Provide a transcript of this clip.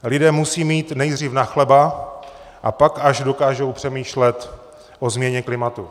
Lidé musí mít nejdřív na chleba, a pak až dokážou přemýšlet o změně klimatu.